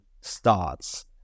starts